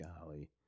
Golly